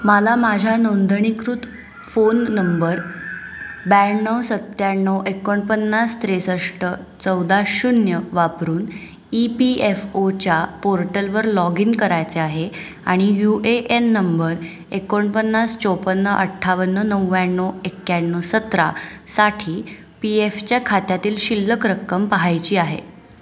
मला माझ्या नोंदणीकृत फोन नंबर ब्याण्णव सत्त्याण्णव एकोणपन्नास त्रेसष्ट चौदा शून्य वापरून ई पी एफ ओच्या पोर्टलवर लॉग इन करायचे आहे आणि यू ए एन नंबर एकोणपन्नास चोपन्न अठ्ठावन्न नव्याण्णव एक्याण्णव सतरा साठी पी एफच्या खात्यातील शिल्लक रक्कम पाहायची आहे